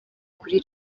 kuri